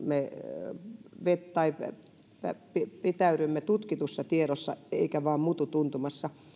me pitäydymme tutkitussa tiedossa emmekä vain mututuntumassa